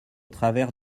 travers